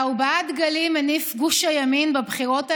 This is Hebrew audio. ארבעה דגלים הניף גוש הימין בבחירות האלה.